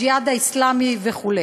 "הג'יהאד האסלאמי" וכו'.